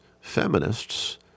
feminists